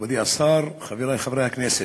כבוד השר, חברי חברי הכנסת,